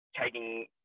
taking